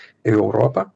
į europą